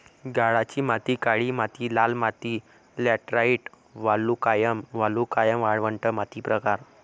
गाळाची माती काळी माती लाल माती लॅटराइट वालुकामय वालुकामय वाळवंट माती प्रकार